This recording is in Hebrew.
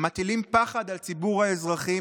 המטילים פחד על ציבור האזרחים,